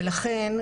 לכן,